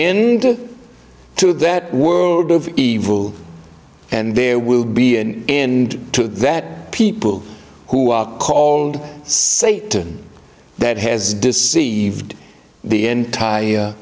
end to that world of evil and there will be and in that people who are called satan that has deceived the entire